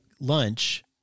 lunch